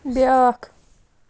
بیٛاکھ